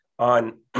on